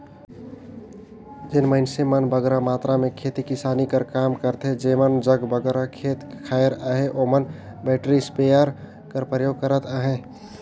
जेन मइनसे मन बगरा मातरा में खेती किसानी कर काम करथे जेमन जग बगरा खेत खाएर अहे ओमन बइटरीदार इस्पेयर कर परयोग करत अहें